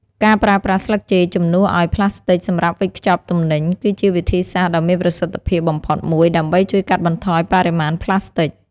ការប្រើប្រាស់ស្លឹកចេកជំនួសឲ្យប្លាស្ទិកសម្រាប់វេចខ្ចប់ទំនិញ គឺជាវិធីសាស្ត្រដ៏មានប្រសិទ្ធភាពបំផុតមួយ ដើម្បីជួយកាត់បន្ថយបរិមាណប្លាស្ទិក។